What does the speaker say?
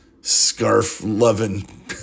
scarf-loving